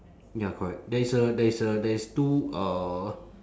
ya correct there is a there is a there is two uh